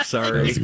Sorry